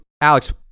Alex